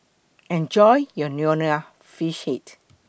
Enjoy your Nonya Fish Head